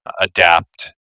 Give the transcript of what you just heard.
adapt